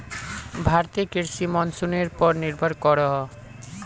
भारतीय कृषि मोंसूनेर पोर निर्भर करोहो